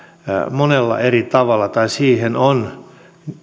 monella eri tavalla tai siihen on